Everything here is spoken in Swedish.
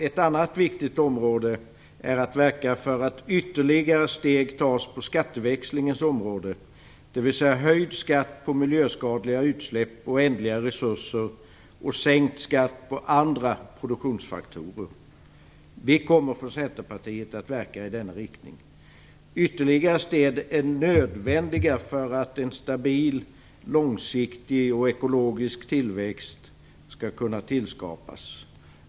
Ett annat viktigt område är att verka för att ytterligare steg tas på skatteväxlingens område, dvs. höjd skatt på miljöskadliga utsläpp och ändliga resurser och sänkt skatt på andra produktionsfaktorer. Vi kommer från Centerpartiets sida att verka i denna riktning. Ytterligare steg är nödvändiga för att en stabil, långsiktig och ekologisk tillväxt skall kunna tillskapas.